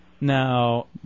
Now